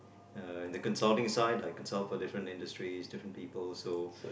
uh the consulting side I consult for different industry different people so